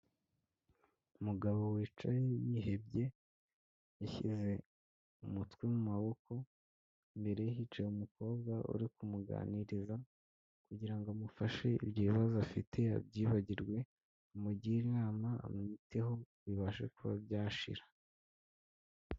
Umugabo wicaye yihebye, yashyize umutwe mu maboko, imbere ye hicaye umukobwa uri kumuganiriza kugira ngo amufashe ibyo ibibazo afite abyibagirwe, amugire inama, amwiteho bibashe kuba byashira.